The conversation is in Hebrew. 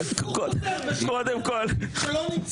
הוא חוזר בשם פוגל שלא נמצא.